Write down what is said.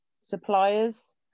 suppliers